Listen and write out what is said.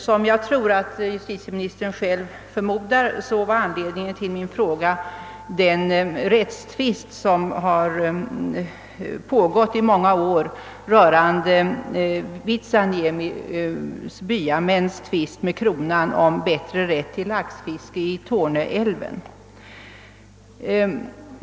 Såsom jag tror att justitieministern själv har förstått var anledningen till min fråga den rättsprocess, som har pågått i många år om Vitsaniemis byamäns tvist med kronan om rätten till laxfisket i Torneälven.